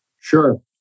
Sure